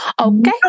Okay